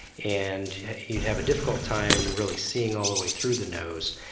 and you'd have a difficult time really seeing all the way through the nose.